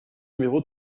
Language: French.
numéro